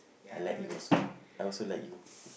I like you also I also like you